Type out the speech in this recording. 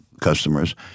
customers